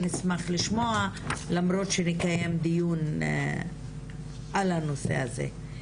נשמח לשמוע למרות שנקיים דיון על הנושא הזה.